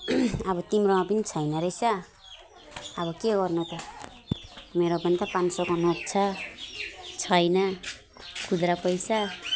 अब तिम्रोमा पनि छैन रहेछ अब के गर्नु त मेरो पनि त पाँच सयको नोट छ छैन खुद्रा पैसा